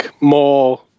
more